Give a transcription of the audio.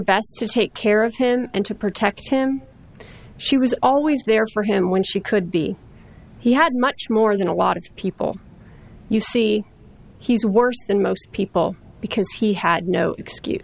best to take care of him and to protect him she was always there for him when she could be he had much more than a lot of people you see he's worse than most people because he had no excuse